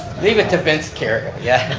leave it to vince kerrio, yeah.